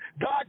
God